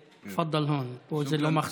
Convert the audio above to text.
תפדל להון, פה זה לא מחסום.